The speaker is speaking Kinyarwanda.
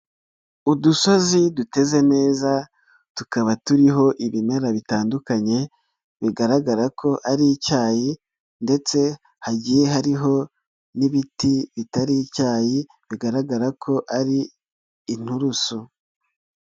Udusozi duteze neza tukaba turiho ibimera bitandukanye, bigaragara ko ari icyayi ndetse hagiye hariho n'ibiti bitari icyayi, bigaragara ko ari inturusu.